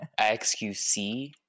XQC